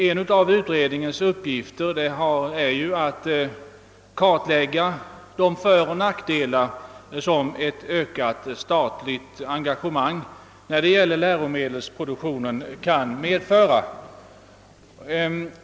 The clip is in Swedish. En av utredningens uppgifter är ju att kartlägga de föroch nackdelar som ett ökat statligt engagemang i läromedelsproduktionen kan medföra.